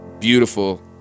beautiful